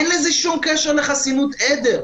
אין לזה שום קשר לחסינות עדר.